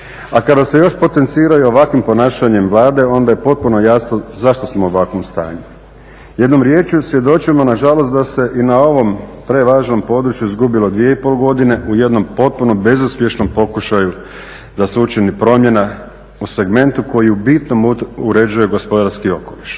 A kada se još potencira i ovakvim ponašanjem Vlade onda je potpuno jasno zašto smo u ovakvom stanju. Jednom riječju svjedočimo nažalost da se i na ovom prevažnom području izgubilo 2,5 godine u jednom potpuno bezuspješnom pokušaju da se učini promjena u segmentu koji u bitnom uređuje gospodarski okoliš